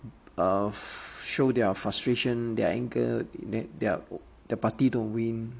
err show their frustration their anger that their party don't win